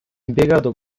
impiegato